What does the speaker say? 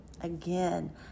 Again